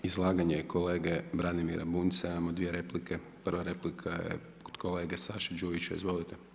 Na izlaganje kolege Branimira Bunjca imamo dvije replike, prva replika je od kolege Saša Đujića, izvolite.